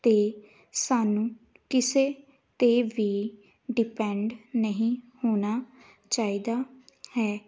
ਅਤੇ ਸਾਨੂੰ ਕਿਸੇ 'ਤੇ ਵੀ ਡਿਪੈਂਡ ਨਹੀਂ ਹੋਣਾ ਚਾਹੀਦਾ ਹੈ